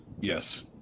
Yes